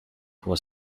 was